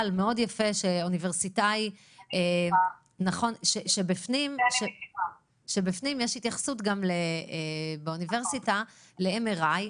אוניברסיטאי שבפנים יש התייחסות גם ל-MRI.